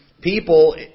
people